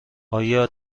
آیا